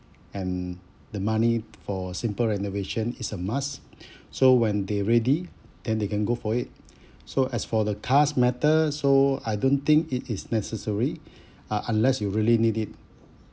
and the money for simple renovation is a must so when they ready then they can go for it so as for the cars matter so I don't think it is necessary ah unless you really need it